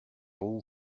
all